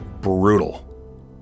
brutal